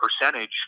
percentage